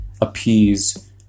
appease